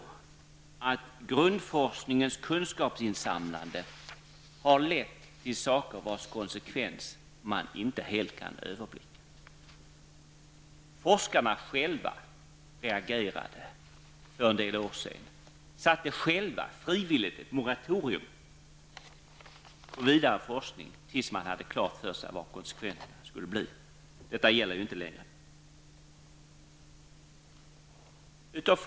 Grundforskningens kunskapsinsamlande har lett till konsekvenser man inte helt kan överblicka. För några år sedan reagerade forskarna själva och utfärdade frivilligt ett moratorium för vidare forskning till dess man hade klart för sig vilka konsekvenserna skulle bli. Detta moratorium gäller emellertid inte längre.